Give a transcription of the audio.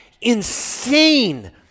insane